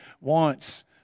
wants